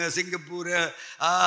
Singapore